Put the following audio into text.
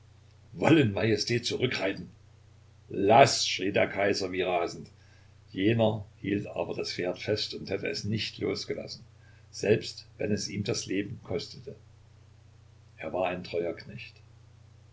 wollen majestät zurückreiten laß schrie der kaiser wie rasend jener hielt aber das pferd fest und hätte es nicht losgelassen selbst wenn es ihm das leben kostete er war ein treuer knecht